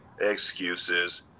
Excuses